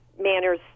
manners